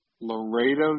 Laredo